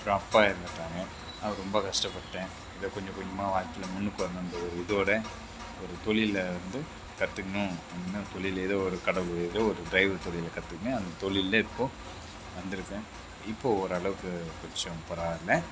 அப்புறம் அப்பா இறந்துட்டாங்க அப்புறம் ரொம்ப கஷ்டப்பட்டேன் ஏதோ கொஞ்சம் கொஞ்சமாக வாழ்க்கையில் முன்னுக்கு வரணுங்கிற ஒரு இதோடு ஒரு தொழிலை வந்து கற்றுக்கணும் அப்படினு தொழில் ஏதோ ஒரு கடவுள் ஏதோ ஒரு டிரைவர் தொழில் கற்றுக்கினு அந்த தொழிலில் இப்போது வந்திருக்கேன் இப்போது ஓரளவுக்கு கொஞ்சம் பரவாயில்லை